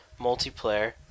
multiplayer